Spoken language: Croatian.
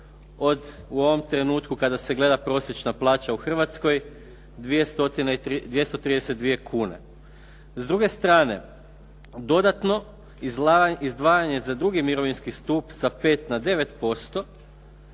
u ovom trenutku kada se gleda prosječna plaća u Hrvatskoj, 232 kune. S druge strane, dodatno izdvajanje za drugi mirovinski stup sa 5 na 9%